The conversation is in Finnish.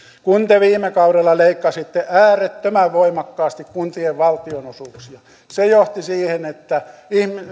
kun te viime kaudella leikkasitte äärettömän voimakkaasti kuntien valtionosuuksia se johti siihen että